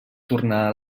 tornar